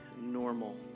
normal